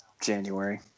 january